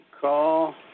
call